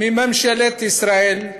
מממשלת ישראל,